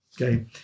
okay